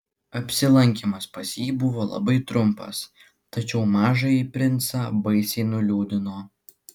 apsilankymas pas jį buvo labai trumpas tačiau mažąjį princą baisiai nuliūdino